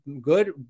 good